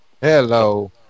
Hello